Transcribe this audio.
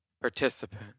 Participant